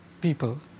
people